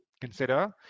consider